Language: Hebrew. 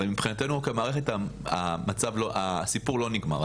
אבל מבחינתנו, כמערכת, הסיפור לא נגמר.